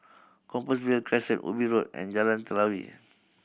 Compassvale Crescent Ubi Road and Jalan Telawi